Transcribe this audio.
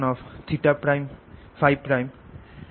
r R